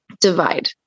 divide